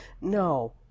No